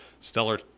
Stellar